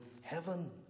Heaven